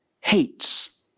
hates